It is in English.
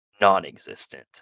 non-existent